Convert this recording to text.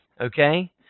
okay